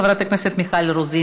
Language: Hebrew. חברת הכנסת מיכל רוזין,